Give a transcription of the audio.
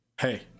hey